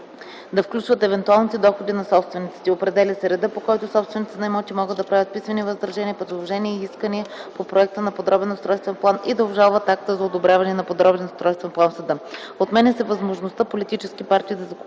да включват евентуалните доходи на собствениците. Определя се реда, по който собствениците на имоти могат да правят писмени възражения, предложения и искания по проекта на подробен устройствен план и да обжалват акта за одобряване на подробен устройствен план в съда. Отменя се възможността политически партии да закупуват